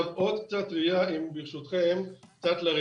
עידית, אבל זה נורא